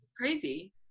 crazy